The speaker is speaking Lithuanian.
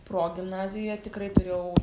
progimnazijoje tikrai turėjau